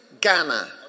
Ghana